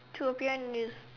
to appear news